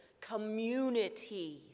community